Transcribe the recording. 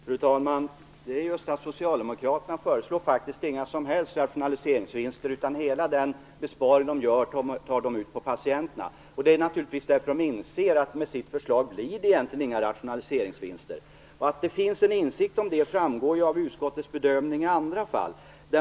Fru talman! Socialdemokraterna föreslår faktiskt inga som helst rationaliseringsvinster, utan de tar ut hela sin besparing på patienterna. Det är naturligtvis därför att de inser att det egentligen inte blir några rationaliseringsvinster med deras förslag. Att det finns en insikt om det framgår av utskottets bedömning i andra fall.